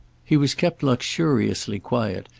he was kept luxuriously quiet,